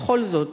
בכל זאת,